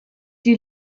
die